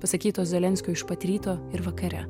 pasakytos zelenskio iš pat ryto ir vakare